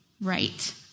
right